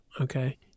okay